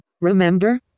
remember